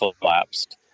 collapsed